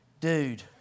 dude